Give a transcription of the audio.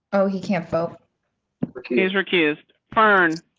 oh, he can't both recused recused fern.